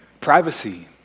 privacy